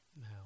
now